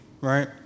right